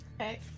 Okay